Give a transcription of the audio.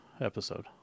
episode